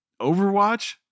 Overwatch